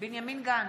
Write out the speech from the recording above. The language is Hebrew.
בנימין גנץ,